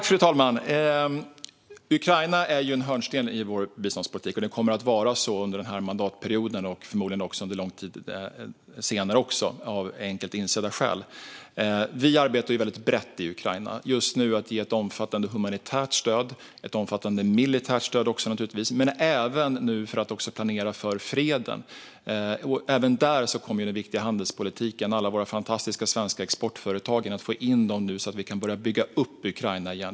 Fru talman! Ukraina är ju en hörnsten i vår biståndspolitik, och det kommer att förbli så under den här mandatperioden och förmodligen också under lång tid senare, av enkelt insedda skäl. Vi arbetar väldigt brett i Ukraina. Just nu handlar det om att ge ett omfattande humanitärt stöd - ett omfattande militärt stöd också, naturligtvis - men även om att planera för freden. Där kommer den viktiga handelspolitiken in. Det handlar om att få in alla våra fantastiska svenska exportföretag, så att vi kan börja bygga upp Ukraina igen.